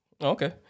Okay